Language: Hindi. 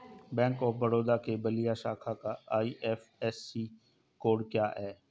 बैंक ऑफ बड़ौदा के बलिया शाखा का आई.एफ.एस.सी कोड क्या है?